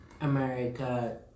America